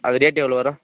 அது ரேட்டு எவ்வளோ வரும்